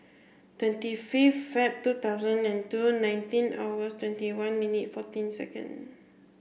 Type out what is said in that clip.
twenty fifth Feb two thousand and two nineteen hours twenty one minute fourteen second